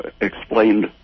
explained